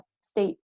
state